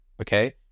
Okay